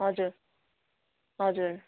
हजुर हजुर